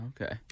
okay